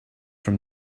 from